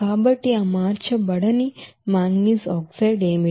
కాబట్టి ఆ మార్చబడని మాంగనీస్ ఆక్సైడ్ ఏమిటి